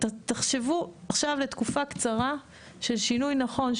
תחשבו עכשיו לתקופה קצרה על שינוי נכון,